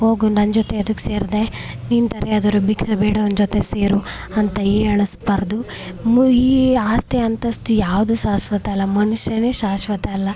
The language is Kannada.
ಹೋಗು ನನ್ನ ಜೊತೆ ಎದಕ್ ಸೇರಿದೆ ನಿನ್ನ ಥರ ಯಾವ್ದಾರು ಭಿಕ್ಷೆ ಬೇಡೋವ್ನ ಜೊತೆ ಸೇರು ಅಂತ ಹೀಯಾಳಿಸ್ಬಾರದು ಮು ಈ ಆಸ್ತಿ ಅಂತಸ್ತು ಯಾವುದೂ ಶಾಶ್ವತ ಅಲ್ಲ ಮನುಷ್ಯನೇ ಶಾಶ್ವತ ಅಲ್ಲ